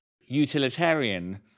utilitarian